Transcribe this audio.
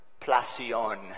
placion